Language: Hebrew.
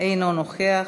אינו נוכח,